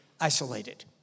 isolated